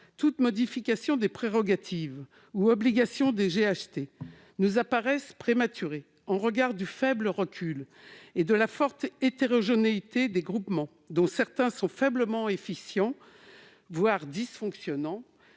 toute modification des prérogatives ou obligations des GHT nous apparaît prématurée au regard du faible recul et de la forte hétérogénéité des groupements, dont certains sont faiblement efficients ou présentent